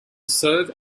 serve